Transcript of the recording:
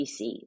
BC